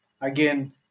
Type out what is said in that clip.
again